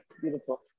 Beautiful